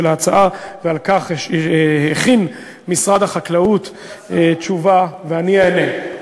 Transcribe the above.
של ההצעה ועל כך הכין משרד החקלאות תשובה ואני אענה.